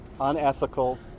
unethical